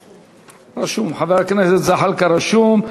רשום, חבר הכנסת זחאלקה רשום.